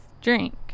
drink